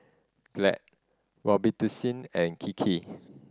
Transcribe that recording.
Glad Robitussin and Kiki